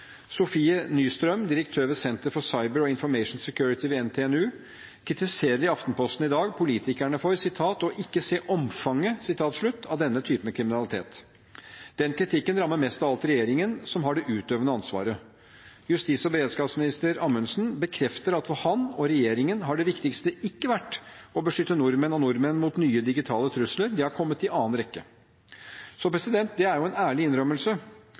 Sofie Nystrøm, direktør ved Center for Cyber and Information Security ved NTNU, kritiserer i Aftenposten i dag politikerne for ikke å se omfanget av denne typen kriminalitet. Den kritikken rammer mest av alt regjeringen, som har det utøvende ansvaret. Justis- og beredskapsminister Amundsen bekrefter at for ham og regjeringen har det viktigste ikke vært å beskytte Norge og nordmenn mot nye digitale trusler, det har kommet i annen rekke. Det er en ærlig innrømmelse,